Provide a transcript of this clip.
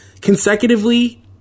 Consecutively